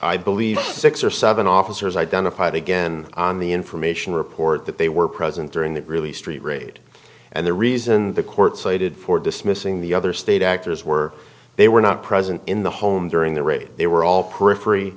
i believe six or seven officers identified again on the information report that they were present during that really street raid and the reason the court cited for dismissing the other state actors were they were not present in the home during the raid they were all periphery